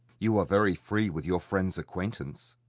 you are very free with your friend's acquaintance.